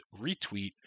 retweet